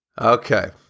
Okay